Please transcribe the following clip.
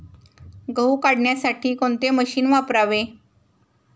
गहू काढण्यासाठी कोणते मशीन वापरावे?